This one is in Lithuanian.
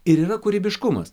ir yra kūrybiškumas